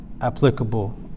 applicable